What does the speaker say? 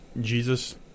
Jesus